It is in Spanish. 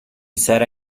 sara